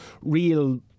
real